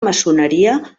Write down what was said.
maçoneria